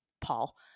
paul